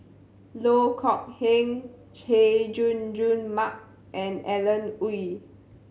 Loh Kok Heng Chay Jung Jun Mark and Alan Oei